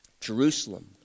Jerusalem